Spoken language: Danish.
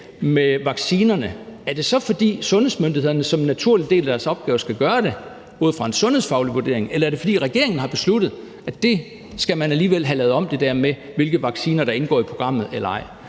med vaccinerne, er det så, fordi sundhedsmyndighederne som en naturlig del af deres opgaver skal gøre det ud fra en sundhedsfaglig vurdering, eller er det, fordi regeringen har besluttet, at det der med, hvilke vacciner der indgår i programmet, alligevel